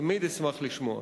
תמיד אשמח לשמוע.